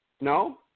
No